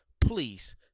Please